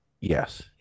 Yes